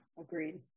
agreed